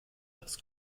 das